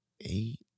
eight